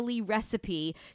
recipe